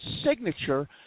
signature